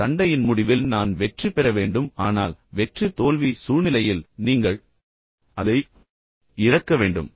இந்த சண்டையின் முடிவில் நான் வெற்றி பெற வேண்டும் ஆனால் வெற்றி தோல்வி சூழ்நிலையில் நீங்கள் அதை இழக்க வேண்டும்